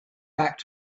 back